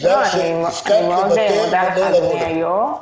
בגלל שהסכמת לוותר ולא לבוא לפה.